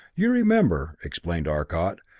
you remember, explained arcot,